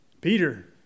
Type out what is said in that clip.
Peter